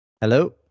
Hello